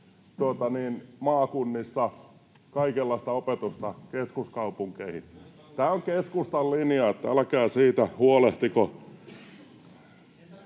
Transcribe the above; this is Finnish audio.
maakunnissa kaikenlaista opetusta keskuskaupunkeihin. Tämä on keskustan linja, niin että älkää siitä huolehtiko.